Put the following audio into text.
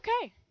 okay